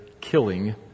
killing